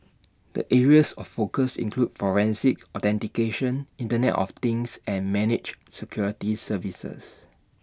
the areas of focus include forensics authentication Internet of things and managed security services